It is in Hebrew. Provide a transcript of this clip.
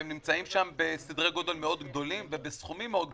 והם נמצאים שם בסדרי גודל מאוד גדולים ובסכומים מאוד גדולים,